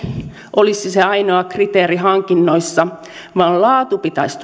olisi se se ainoa kriteeri hankinnoissa vaan laatu pitäisi